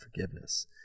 forgiveness